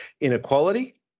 inequality